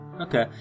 Okay